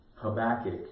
Habakkuk